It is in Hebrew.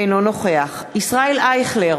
אינו נוכח ישראל אייכלר,